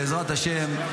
בעזרת השם,